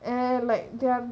eh like they're